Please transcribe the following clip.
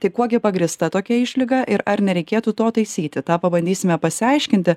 tai kuo gi pagrįsta tokia išlyga ir ar nereikėtų to taisyti tą pabandysime pasiaiškinti